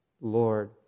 Lord